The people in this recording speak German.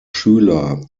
schüler